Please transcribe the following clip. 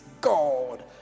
God